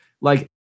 Like-